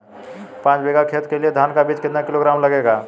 पाँच बीघा खेत के लिये धान का बीज कितना किलोग्राम लगेगा?